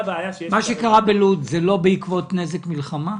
מה שקרה בלוד זה לא בעקבות נזק מלחמה?